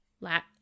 lat